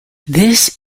this